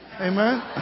Amen